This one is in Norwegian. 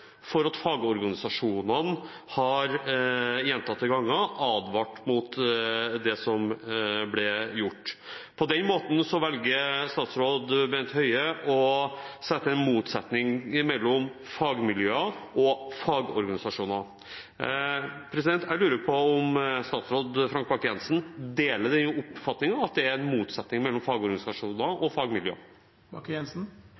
for at fagorganisasjonene gjentatte ganger har advart mot det som ble gjort. På den måten velger statsråd Bent Høie å sette en motsetning mellom fagmiljøer og fagorganisasjoner. Jeg lurer på om statsråd Frank Bakke-Jensen deler den oppfatningen, at det er en motsetning mellom fagorganisasjoner